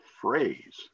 phrase